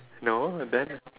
no then